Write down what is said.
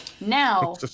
now